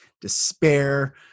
despair